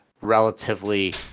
relatively